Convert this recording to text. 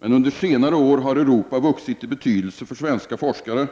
men under senare år har Europa vuxit i betydelse för svenska forskare.